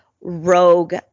rogue